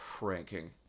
ranking